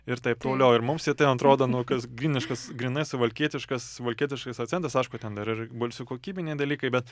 ir taip toliau ir mums ten atrodo nu kas gryniškas grynai suvalkietiškas suvalkietiškas akcentas aišku ten dar ir balsių kokybiniai dalykai bet